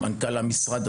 מנכ״ל המשרד,